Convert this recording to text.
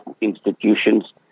institutions